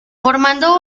formando